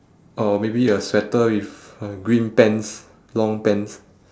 or maybe a sweater with uh green pants long pants